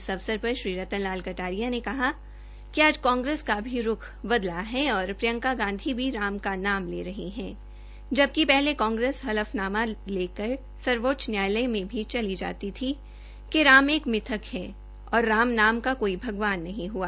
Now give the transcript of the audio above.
इस अवसर पर श्री रतन लाल कटारिया ने कहा कि आज कांग्रेस का भी रूख बदला है और प्रियंका गांधी भी राम का नाम ले रही है जबकि पहले कांग्रेस हल्फनामा लेकर सर्वोच्च न्यायालय में भी चली जाती थी कि राम एक मिथक है औ राम नाम का कोई भगवान नहीं हुआ